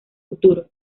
futuro